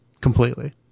completely